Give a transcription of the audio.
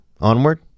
Onward